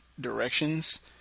directions